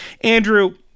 Andrew